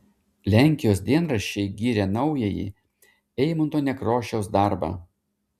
lenkijos dienraščiai giria naująjį eimunto nekrošiaus darbą